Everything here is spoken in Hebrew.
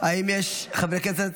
יש חברי כנסת,